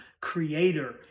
creator